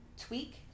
tweak